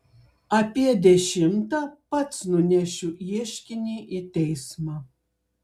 apie dešimtą pats nunešiu ieškinį į teismą